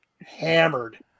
hammered